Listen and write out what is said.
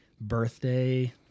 birthday